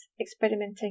experimenting